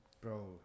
Bro